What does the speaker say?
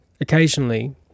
Occasionally